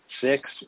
six